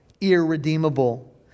irredeemable